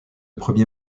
premier